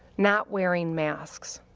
not wearing masks.